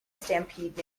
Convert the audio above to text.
stampede